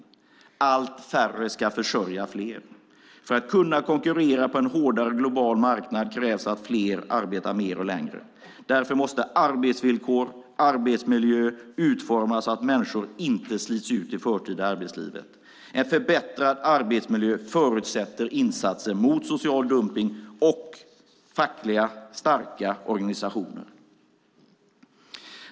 Allt färre ska försörja allt fler. För att kunna konkurrera på en allt hårdare global marknad krävs att fler arbetar mer och längre. Därför måste arbetsvillkor och arbetsmiljö utformas så att människor inte slits ut i förtid i arbetslivet. En förbättrad arbetsmiljö förutsätter insatser mot social dumpning och starka fackliga organisationer.